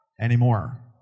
anymore